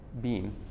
beam